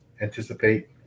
anticipate